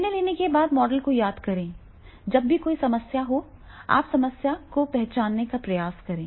निर्णय लेने वाले मॉडल को याद करें जब भी कोई समस्या हो आप समस्या को पहचानने का प्रयास करें